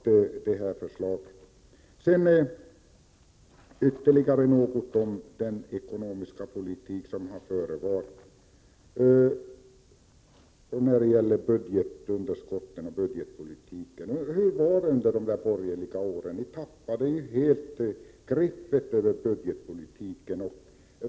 Sedan ytterligare något om den ekonomiska politik som har förevarit när det gäller budgetunderskotten och budgetpolitiken. Hur var det egentligen under de borgerliga åren? Ni tappade ju då helt greppet om budgetpolitiken.